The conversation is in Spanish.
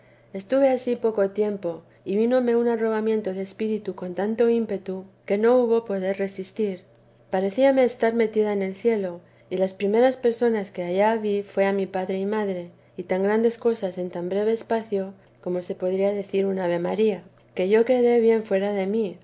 estuve ansí bien poco y vínome un arrobamiento de espíritu con tanto ímpetu que no hubo poder resistir parecíame estar metida en el cielo y las primeras personas que allá vi fué a mi padre y madre y tan grandes cosas en tan breve espacio como se podría decir un ave maría que yo quedé bien fuera de mí